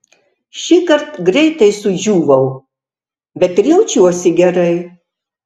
šįkart greitai sudžiūvau bet ir jaučiuosi gerai